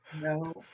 no